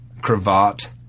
cravat